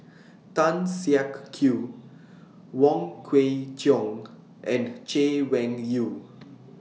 Tan Siak Kew Wong Kwei Cheong and Chay Weng Yew